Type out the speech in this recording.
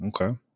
okay